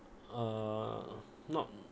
uh not